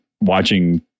watching